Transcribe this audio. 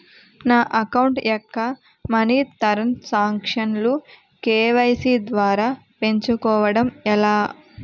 నా అకౌంట్ యెక్క మనీ తరణ్ సాంక్షన్ లు కే.వై.సీ ద్వారా పెంచుకోవడం ఎలా?